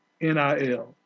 NIL